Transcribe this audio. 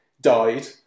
died